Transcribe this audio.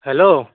hello